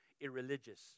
irreligious